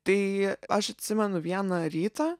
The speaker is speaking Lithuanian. tai aš atsimenu vieną rytą